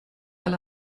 alle